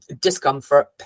discomfort